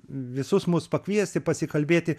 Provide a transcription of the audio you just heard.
visus mus pakviesti pasikalbėti